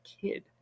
kid